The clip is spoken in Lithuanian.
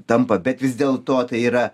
tampa bet vis dėl to tai yra